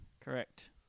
Correct